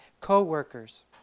co-workers